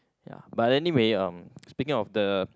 ya but anyway uh speaking of the